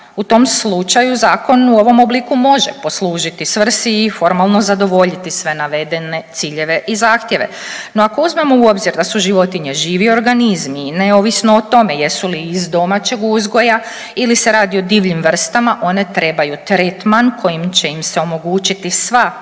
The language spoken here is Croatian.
U tom slučaju zakon u ovom obliku može poslužiti svrsi i formalno zadovoljiti sve navedene ciljeve i zahtjeve. No ako uzmemo u obzir da su životinje živi organizmi i neovisno o tome jesu li iz domaćeg uzgoja ili se radi o divljim vrstama one trebaju tretman kojim će se omogućiti sva dobrobit,